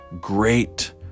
great